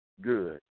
good